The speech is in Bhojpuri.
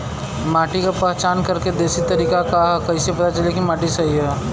माटी क पहचान करके देशी तरीका का ह कईसे पता चली कि माटी सही ह?